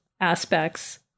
aspects